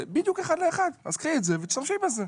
זה בדיוק אחד לאחד, אז קחי את זה ותשתמשי בזה,